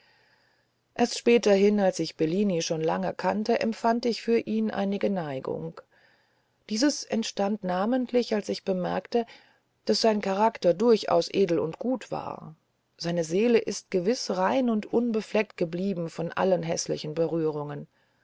erst späterhin als ich bellini schon lange kannte empfand ich für ihn einige neigung dieses entstand namentlich als ich bemerkte daß sein charakter durchaus edel und gut war seine seele ist gewiß rein und unbefleckt geblieben von allen häßlichen berührungen